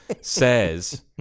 says